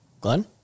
Glenn